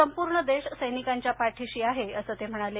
संपूर्ण देश सैनिकांच्या पाठीशी आहे असं ते म्हणाले